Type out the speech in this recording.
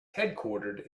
headquartered